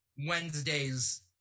Wednesdays